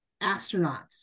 astronauts